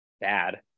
bad